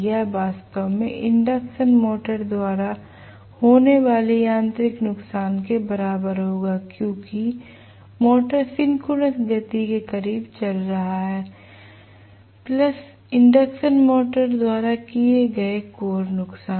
यह वास्तव में इंडक्शन मोटर द्वारा होने वाले यांत्रिक नुकसान के बराबर होगा क्योंकि मोटर सिंक्रोनस गति के करीब चल रहा है इंडक्शन मोटर द्वारा किए गए कोर नुकसान